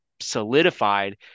solidified